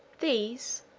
these,